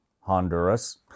Honduras